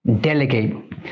delegate